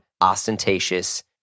ostentatious